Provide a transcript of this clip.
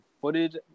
footage